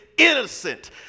Innocent